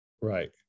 Right